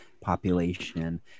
population